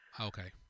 Okay